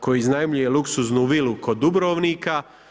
Koji iznajmljuje luksuznu vilu kod Dubrovnika.